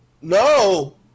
no